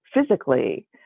physically